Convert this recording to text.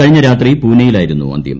കഴിഞ്ഞ രാത്രി പൂനെയിലായിരുന്നു അന്ത്യം